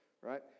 right